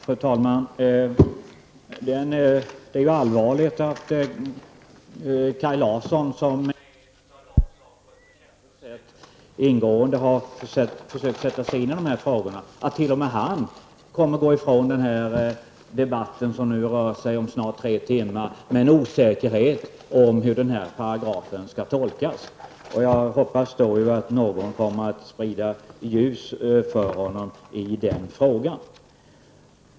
Fru talman! Det är allvarligt att t.o.m. Kaj Larsson, som är en av dem som på ett förtjänstfullt sätt ingående har försökt sätta sig in i dessa frågor, kommer att gå ifrån den här debatten, som nu har pågått i snart tre timmar, med en osäkerhet om hur denna paragraf skall tolkas. Jag hoppas att någon kommer att hjälpa Kaj Larsson med att sprida ljus i den frågan.